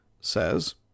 Says